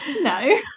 No